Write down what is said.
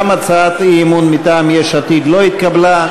גם הצעת האי-אמון מטעם יש עתיד לא התקבלה.